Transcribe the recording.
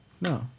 No